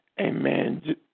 amen